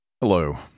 Hello